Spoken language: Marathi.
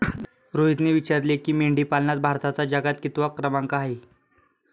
रोहितने विचारले की, मेंढीपालनात भारताचा जगात कितवा क्रमांक आहे?